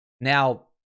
Now